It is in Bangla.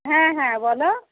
হ্যাঁ হ্যাঁ বলো